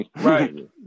Right